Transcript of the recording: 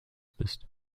bist